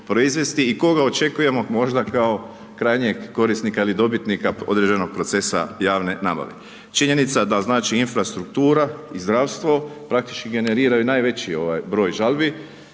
i koga očekujemo možda kao krajnjeg korisnika ili dobitnika određenog procesa javne nabave. Činjenica da, znači, infrastruktura i zdravstvo, praktički generiraju najveći broj žalbi,